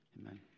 Amen